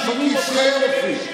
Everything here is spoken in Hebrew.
שומעים אותך יופי.